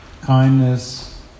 kindness